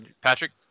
Patrick